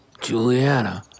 Juliana